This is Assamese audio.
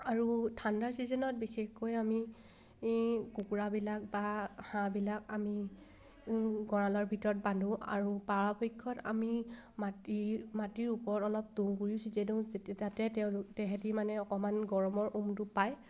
আৰু ঠাণ্ডাৰ ছিজনত বিশেষকৈ আমি কুকুৰাবিলাক বা হাঁহবিলাক আমি গঁৰালৰ ভিতৰত বান্ধো আৰু পৰাপক্ষত আমি মাটি মাটিৰ ওপৰত অলপ তুঁহ গুৰি ছটিয়াই দিওঁ যেতিয়া তাতে তেওঁ সিহঁতি মানে অকণমান গৰমৰ উমটো পায়